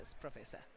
professor